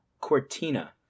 Cortina